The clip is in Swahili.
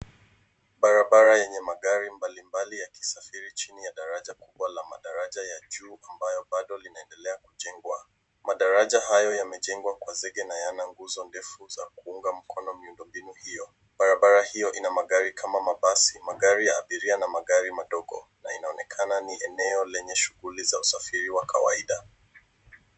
Barabara yenye magari mbalimbali yakisafiri chini ya daraja kubwa la madaraja ya juu ambayo bado linaendelea kujengwa. Madaraja hayo yamejengwa kwa zege na yana nguzo ndefu zakuunga mkono miundo mbinu hiyo. Barabara hiyo ina magari kama mabasi, magari ya abiria na magari madogo na inaonekana ni eneo lenye shughuli za usafiri wa kawaida.